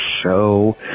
show